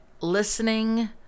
listening